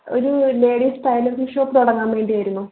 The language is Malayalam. ഒരു ലേഡീസ് ടൈലറിങ്ങ് ഷോപ്പ് തുടങ്ങാൻ വേണ്ടി ആയിരുന്നു